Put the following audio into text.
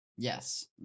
Yes